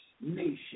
nation